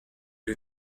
les